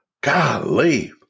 Golly